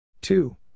Two